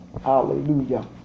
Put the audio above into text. Hallelujah